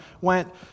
went